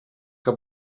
que